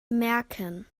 merken